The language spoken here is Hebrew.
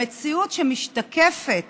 המציאות שמשתקפת